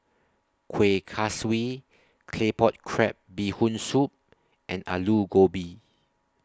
Kuih Kaswi Claypot Crab Bee Hoon Soup and Aloo Gobi